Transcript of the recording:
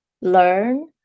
learn